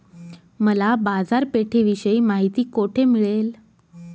मला बाजारपेठेविषयी माहिती कोठे मिळेल?